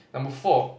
number four